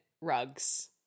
rugs